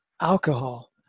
alcohol